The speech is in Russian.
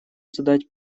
задать